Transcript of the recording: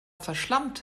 verschlampt